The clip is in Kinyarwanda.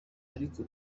ariko